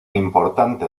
importante